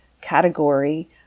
category